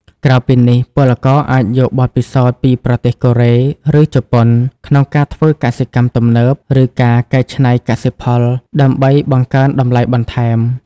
ក្រៅពីនេះពលករអាចយកបទពិសោធន៍ពីប្រទេសកូរ៉េ ឬជប៉ុន ក្នុងការធ្វើកសិកម្មទំនើប ឬការកែច្នៃកសិផល ដើម្បីបង្កើនតម្លៃបន្ថែម។